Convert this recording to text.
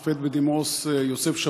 השופט בדימוס יוסף שפירא,